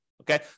Okay